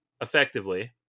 effectively